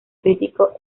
crítico